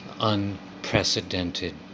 unprecedented